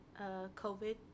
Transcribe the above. COVID